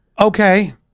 okay